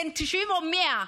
בן 90 או 100?